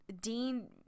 Dean